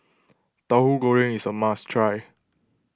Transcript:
Tahu Goreng is a must try